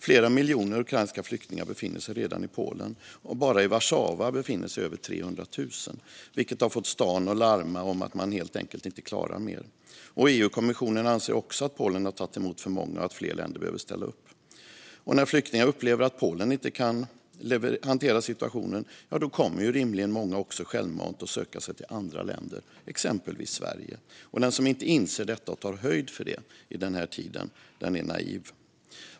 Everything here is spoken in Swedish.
Flera miljoner ukrainska flyktingar befinner sig redan i Polen, och bara i Warszawa befinner sig över 300 000, vilket har fått staden att larma om att man helt enkelt inte klarar mer. EU-kommissionen anser också att Polen har tagit emot för många och att fler länder behöver ställa upp. När flyktingar upplever att Polen inte kan hantera situationen kommer rimligen många också självmant att söka sig till andra länder, exempelvis Sverige. Den som inte inser detta och tar höjd för det i tid är naiv.